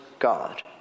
God